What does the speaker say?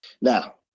Now